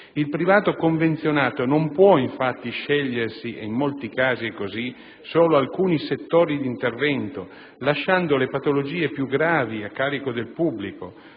Il privato convenzionato non può infatti scegliersi - e in molti casi è così - solo alcuni settori di intervento, lasciando le patologie più gravi a carico del pubblico;